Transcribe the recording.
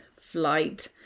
flight